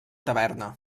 taverna